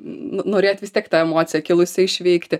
norėt vis tiek tą emociją kilusią išveikti